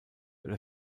oder